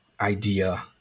idea